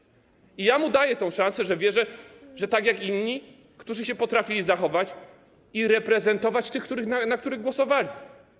I ja mu daję tę szansę, że wierzę, że tak jak inni, którzy się potrafili zachować i reprezentować tych, na których głosowali.